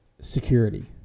security